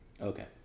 Okay